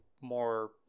more